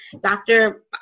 Dr